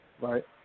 Right